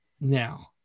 now